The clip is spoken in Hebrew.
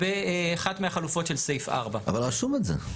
ובאחת מהחלופות של סעיף 4. אבל רשום את זה.